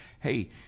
hey